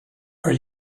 are